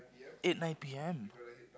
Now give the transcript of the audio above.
eight nine P_M